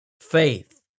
faith